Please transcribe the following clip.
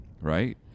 right